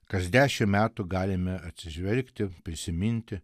kas dešimt metų galime atsižvelgti prisiminti